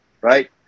right